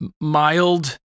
mild